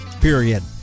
period